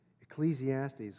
Ecclesiastes